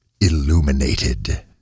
illuminated